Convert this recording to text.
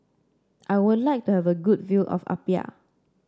I would like to have a good view of Apia